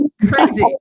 Crazy